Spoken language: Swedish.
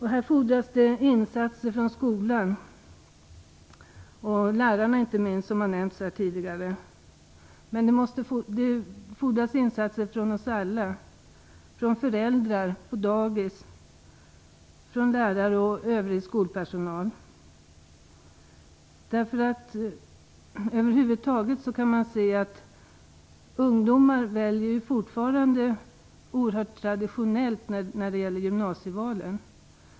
Här fordras det insatser från skolan och inte minst av lärarna, som har nämnts här tidigare. Men det fordras insatser av oss alla - föräldrar, dagis, lärare och övrig skolpersonal. Man kan se att ungdomar över huvud taget gör oerhört traditionella gymnasieval.